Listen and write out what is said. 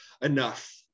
enough